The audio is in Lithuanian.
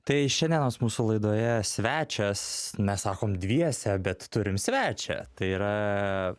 tai šiandienos mūsų laidoje svečias mes sakom dviese bet turim svečią tai yra